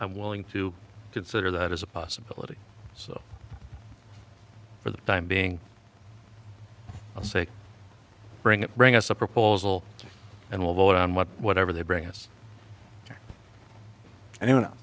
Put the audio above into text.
i'm willing to consider that as a possibility so for the time being i say bring it bring us a proposal and we'll vote on what whatever they bring us